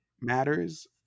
matters